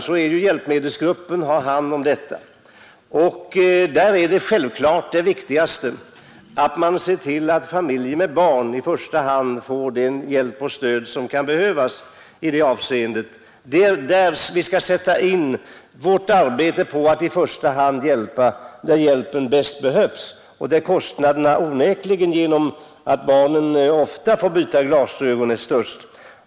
Det är hjälpmedelsgruppen som har hand om glasögonsidan, och det viktigaste är självfallet att man ser till att familjer med barn får den hjälp och det stöd som kan behövas. Det är där vi skall sätta in vårt arbete på att hjälpa: där hjälpen bäst behövs och där kostnaderna onekligen, genom att barnen ofta får byta glasögon, är störst.